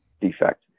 defect